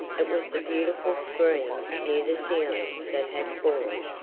it was the beautiful screen near the ceiling that had fallen.